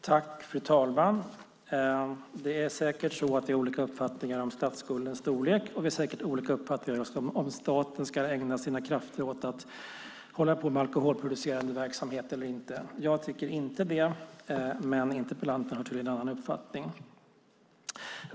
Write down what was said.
Fru talman! Vi har säkert olika uppfattningar om statsskuldens storlek, och vi har säkert olika uppfattningar om huruvida staten ska ägna sina krafter åt att hålla på med alkoholproducerande verksamhet eller inte. Jag tycker inte det, men interpellanten har tydligen en annan uppfattning.